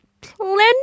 plenty